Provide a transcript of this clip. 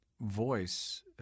voice